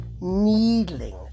needling